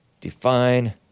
Define